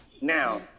now